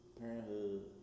parenthood